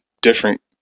different